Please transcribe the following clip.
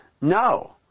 No